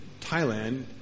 Thailand